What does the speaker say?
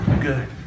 good